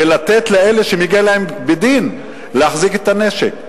ולתת לאלה שמגיע להם בדין להחזיק את הנשק.